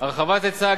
הרחבת היצע,